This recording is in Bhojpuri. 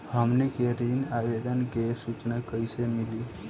हमनी के ऋण आवेदन के सूचना कैसे मिली?